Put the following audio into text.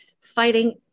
fighting